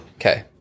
Okay